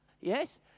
yes